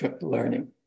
learning